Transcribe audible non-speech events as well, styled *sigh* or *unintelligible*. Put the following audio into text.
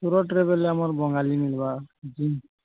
ପୁରା ଟ୍ରେଭେଲ୍ରେ ଆମର୍ ବଙ୍ଗାଲି ମିଲ୍ବା *unintelligible*